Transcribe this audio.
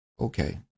Okay